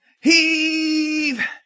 Heave